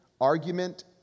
argument